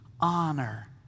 honor